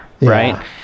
right